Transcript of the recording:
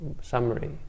summary